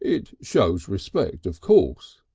it shows respect of course,